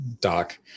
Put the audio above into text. doc